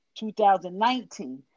2019